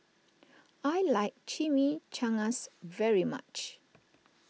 I like Chimichangas very much